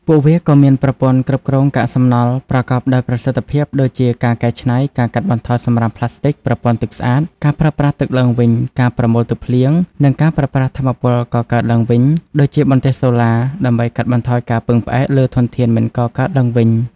ពួកវាក៏មានប្រព័ន្ធគ្រប់គ្រងកាកសំណល់ប្រកបដោយប្រសិទ្ធភាព ដូចជាការកែច្នៃ ការកាត់បន្ថយសំរាមប្លាស្ទិក ប្រព័ន្ធទឹកស្អាត ការប្រើប្រាស់ទឹកឡើងវិញ ការប្រមូលទឹកភ្លៀង និងការប្រើប្រាស់ថាមពលកកើតឡើងវិញ ដូចជាបន្ទះសូឡា ដើម្បីកាត់បន្ថយការពឹងផ្អែកលើធនធានមិនកកើតឡើងវិញ។